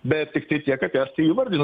bet tik tai tiek kiek kad estai įvardino